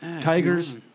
tigers